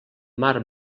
mar